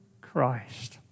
Christ